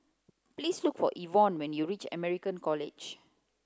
please look for Yvonne when you reach American College